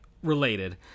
related